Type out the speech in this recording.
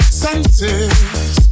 senses